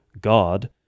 God